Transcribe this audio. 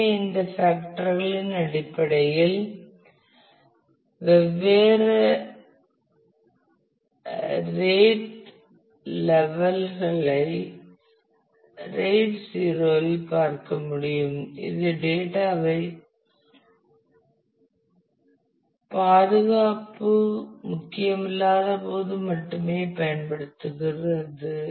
எனவே இந்த களின் அடிப்படையில் வெவ்வேறு ரெட் லெவல் களைப் RAID 0இல் பார்க்க முடியும் இது டேட்டா பாதுகாப்பு முக்கியமில்லாதபோது மட்டுமே பயன்படுத்தப்படுகிறது